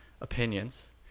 opinions